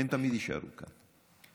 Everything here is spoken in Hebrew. הם תמיד יישארו כאן.